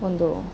ಒಂದು